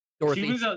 Dorothy